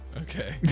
okay